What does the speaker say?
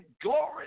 glory